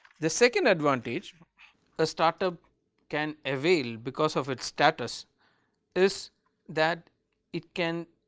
the second advantage a start-up can avail because of its status is that it can